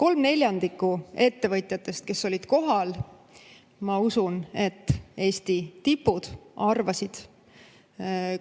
Kolm neljandikku ettevõtjatest, kes olid kohal – ma usun, et Eesti tipud –, arvasid,